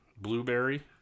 blueberry